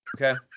Okay